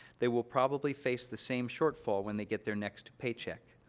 they will probably face the same shortfall when they get their next paycheck,